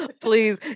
Please